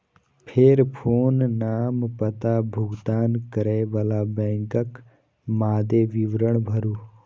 फेर पेन, नाम, पता, भुगतान करै बला बैंकक मादे विवरण भरू